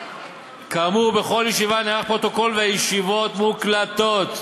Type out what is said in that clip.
כאמור, בכל ישיבה נערך פרוטוקול והישיבות מוקלטות.